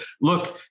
look